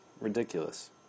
ridiculous